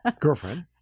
Girlfriend